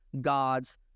God's